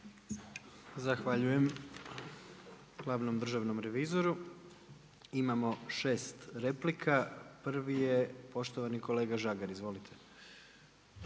Zahvaljujem glavnom državnom revizoru. Imamo 6 replika. Prvi je poštovani kolega Žagar. Izvolite.